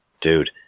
dude